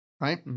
right